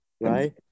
right